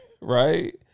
Right